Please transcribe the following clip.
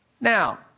Now